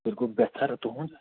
تیٚلہِ گوٚو بہتر تُہنٛد